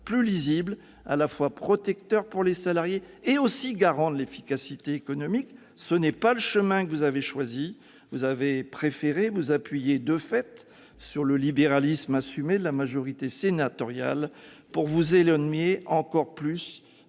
plus lisible, à la fois protecteur pour les salariés et garant de l'efficacité économique. Ce n'est pas le chemin que vous avez choisi, vous avez préféré vous appuyer sur le libéralisme assumé de la majorité sénatoriale pour vous éloigner encore plus